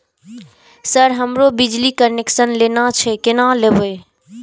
Sir हमरो बिजली connection लेना छे केना लेबे?